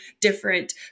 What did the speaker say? different